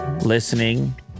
listening